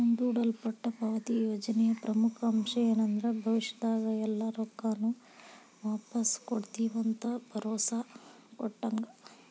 ಮುಂದೂಡಲ್ಪಟ್ಟ ಪಾವತಿ ಯೋಜನೆಯ ಪ್ರಮುಖ ಅಂಶ ಏನಂದ್ರ ಭವಿಷ್ಯದಾಗ ಎಲ್ಲಾ ರೊಕ್ಕಾನು ವಾಪಾಸ್ ಕೊಡ್ತಿವಂತ ಭರೋಸಾ ಕೊಟ್ಟಂಗ